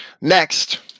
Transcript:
Next